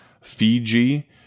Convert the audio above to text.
fiji